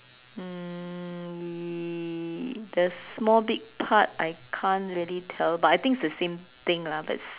um the small big part I can't really tell but I think it's the same thing lah but it's